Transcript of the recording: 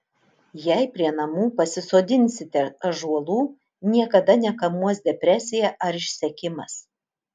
jei prie namų pasisodinsite ąžuolų niekada nekamuos depresija ar išsekimas